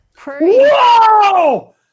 Whoa